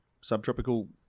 subtropical